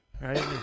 right